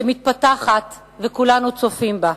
שמתפתחת וכולנו צופים בה.